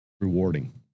rewarding